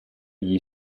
gli